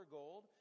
gold